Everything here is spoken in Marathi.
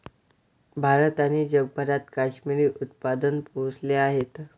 भारत आणि जगभरात काश्मिरी उत्पादन पोहोचले आहेत